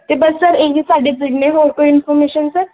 ਅਤੇ ਬਸ ਸਰ ਇਹ ਹੀ ਸਾਡੇ ਪਿੰਡ ਨੇ ਹੋਰ ਕੋਈ ਇਨਫੋਰਮੇਸ਼ਨ ਸਰ